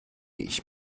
ich